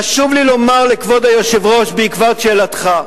חשוב לי לומר לכבוד היושב-ראש, בעקבות שאלתך: